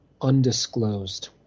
undisclosed